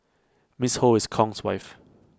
miss ho is Kong's wife